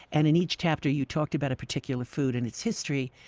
and in each chapter you talked about a particular food and its history.